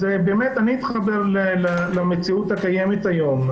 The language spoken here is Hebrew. אז באמת אתחבר למציאות הקיימת היום,